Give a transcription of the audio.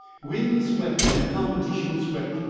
wind swept and competition swept,